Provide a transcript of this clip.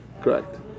correct